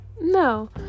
no